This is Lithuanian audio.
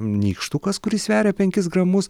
nykštukas kuris sveria penkis gramus